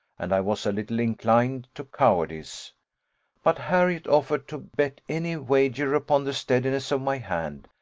and i was a little inclined to cowardice but harriot offered to bet any wager upon the steadiness of my hand,